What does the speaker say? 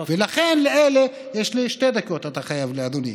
ולכן לאלה, יש לי שתי דקות, אתה חייב לי, אדוני.